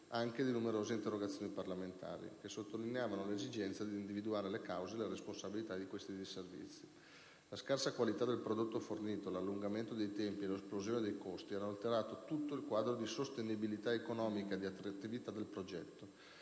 anche di numerose interrogazioni parlamentari, che sottolineavano l'esigenza di individuare le cause e le responsabilità di tali disservizi. La scarsa qualità del prodotto fornito, l'allungamento dei tempi e l'esplosione dei costi hanno alterato tutto il quadro di sostenibilità economica e di attrattività del progetto,